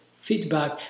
feedback